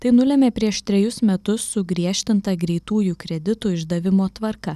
tai nulėmė prieš trejus metus sugriežtinta greitųjų kreditų išdavimo tvarka